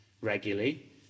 regularly